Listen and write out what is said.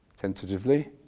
tentatively